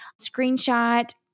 screenshot